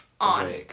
on